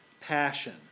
passion